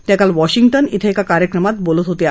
त्या काल वॉशिंग्टन क्वे एका कार्यक्रमात बोलत होत्या